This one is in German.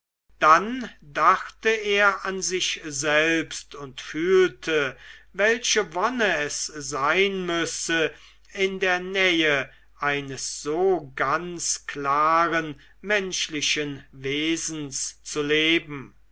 dann dachte er an sich selbst und fühlte welche wonne es sein müsse in der nähe eines so ganz klaren menschlichen wesens zu leben